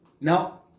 Now